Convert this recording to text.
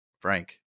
Frank